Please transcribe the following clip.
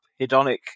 hedonic